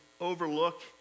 overlook